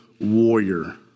warrior